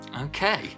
Okay